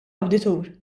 awditur